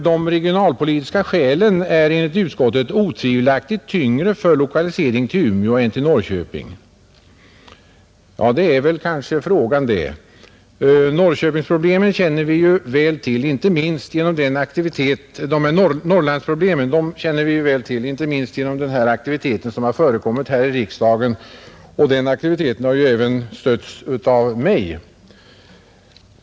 De regionalpolitiska skälen är enligt utskottet otvivelaktigt tyngre för lokalisering till Umeå än till Norrköping. Ja, det är frågan det. Norrlandsproblemen känner vi väl till, inte minst genom den aktivitet som har förekommit här i riksdagen, och den aktiviteten har även stötts av mig.